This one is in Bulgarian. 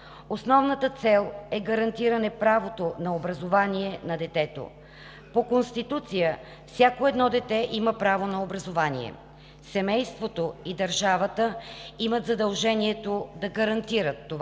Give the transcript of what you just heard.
Основната цел е гарантиране правото на образование на детето. По Конституция всяко едно дете има право на образование – семейството и държавата имат задължението да гарантират това